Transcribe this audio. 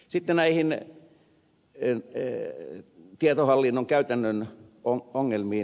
sitten näihin tietohallinnon käytännön ongelmiin